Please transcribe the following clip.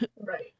right